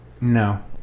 No